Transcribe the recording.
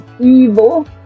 evil